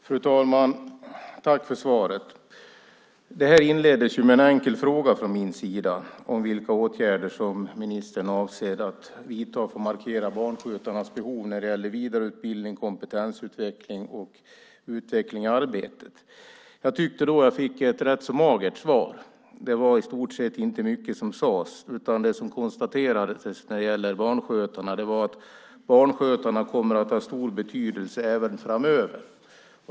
Fru talman! Först vill jag tacka ministern för svaret. Det här inleddes med en enkel fråga från min sida om vilka åtgärder ministern avser att vidta för att markera barnskötarnas behov när det gäller vidareutbildning, kompetensutveckling och utveckling i arbetet. Jag tyckte då att jag fick ett rätt så magert svar. I stort sett var det inte mycket som sades, utan det som konstaterades när det gäller barnskötarna var att barnskötarna kommer att ha stor betydelse även framöver.